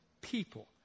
people